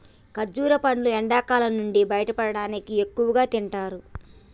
ఖర్జుర పండ్లును ఎండకాలం నుంచి బయటపడటానికి ఎక్కువగా తింటారు